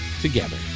together